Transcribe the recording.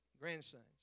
grandsons